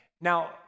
Now